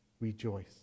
Rejoice